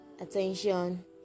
attention